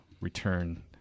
return